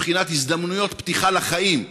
מבחינת הזדמנויות פתיחה לחיים,